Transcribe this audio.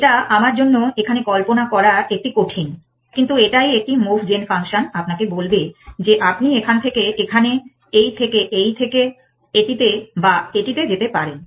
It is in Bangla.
এটা আমার জন্য এখানে কল্পনা করা একটি কঠিন কিন্তু এটাই একটি মুভ জেন ফাংশন আপনাকে বলবে যে আপনি এখান থেকে এখানে এই থেকে এই থেকে এটিতে বা এটিতে যেতে পারেন